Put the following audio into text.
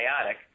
chaotic